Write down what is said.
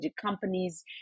companies